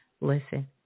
listen